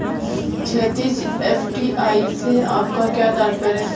क्षैतिज, एफ.डी.आई से आपका क्या तात्पर्य है?